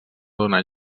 donar